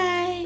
Bye